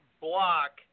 block